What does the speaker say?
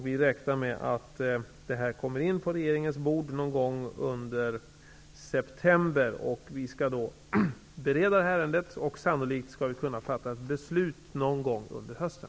Vi räknar med att detta kommer på regeringens bord i september. Vi skall då bereda ärendet och sannolikt kunna fatta beslut någon gång under hösten.